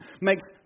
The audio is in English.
makes